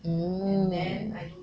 mm